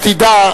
רק תדע,